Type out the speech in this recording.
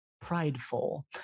prideful